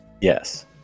yes